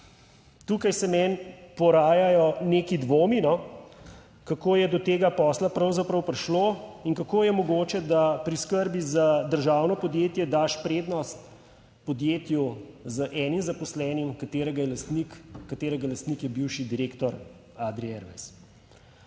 tukaj se meni porajajo neki dvomi, kako je do tega posla pravzaprav prišlo in kako je mogoče, da pri skrbi za državno podjetje daš prednost podjetju z enim zaposlenim, katerega lastnik je bivši direktor Adrie